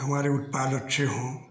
हमारे उत्पाद अच्छे हों